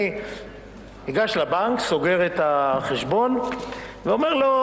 אני ניגש לבנק, סוגר את החשבון ואומר לו,